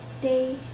day